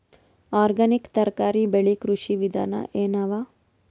Organic ತರಕಾರಿ ಬೆಳಿ ಕೃಷಿ ವಿಧಾನ ಎನವ?